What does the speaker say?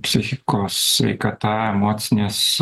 psichikos sveikata emocinės